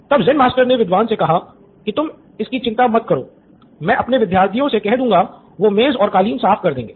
तब Zen master ने विद्वान से कहा की तुम इसकी चिंता मत करो मैं अपने विद्यार्थियों से कह दूँगा वो मेज़ और क़ालीन को साफ कर देंगे